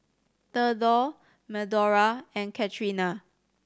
Thedore Medora and Catrina